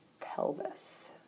pelvis